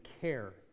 care